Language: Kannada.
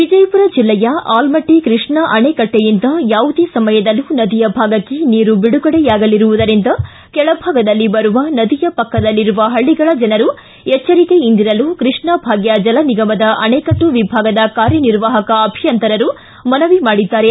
ವಿಜಯಪುರ ಬೆಲ್ಲೆಯ ಆಲಮಟ್ಟ ಕೃಷ್ಣಾ ಅಣೆಕಟ್ಟೆಯಿಂದ ಯಾವುದೇ ಸಮಯದಲ್ಲೂ ನದಿಯ ಭಾಗಕ್ಕೆ ನೀರು ಬಿಡುಗಡೆಯಾಗಲಿರುವುದರಿಂದ ಕೆಳಭಾಗದಲ್ಲಿ ಬರುವ ನದಿಯ ಪಕ್ಕದಲ್ಲಿರುವ ಹಳ್ಳಗಳ ಜನರು ಎಚ್ಚರಿಕೆಯಿಂದಿರಲು ಕೃಷ್ಣಾ ಭಾಗ್ಯ ಜಲನಿಗಮದ ಅಣೆಕಟ್ಟು ವಿಭಾಗದ ಕಾರ್ಯನಿರ್ವಾಹಕ ಅಭಿಯಂತರರು ಮನವಿ ಮಾಡಿದ್ದಾರೆ